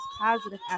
positive